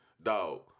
Dog